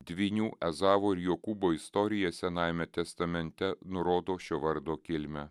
dvynių ezavo ir jokūbo istorija senajame testamente nurodo šio vardo kilmę